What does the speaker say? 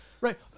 Right